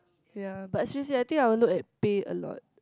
ya but seriously I think I will look at pay a lot